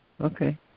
Okay